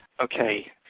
Okay